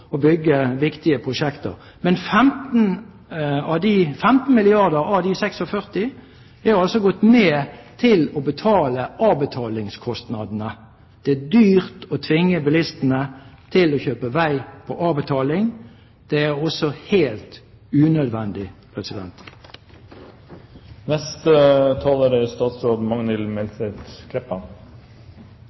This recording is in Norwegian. av de 46 er altså gått med til å betale avbetalingskostnadene. Det er dyrt å tvinge bilistene til å kjøpe vei på avbetaling. Det er også helt unødvendig.